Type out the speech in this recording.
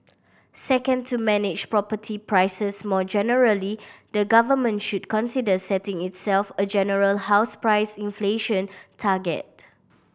second to manage property prices more generally the government should consider setting itself a general house price inflation target